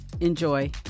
Enjoy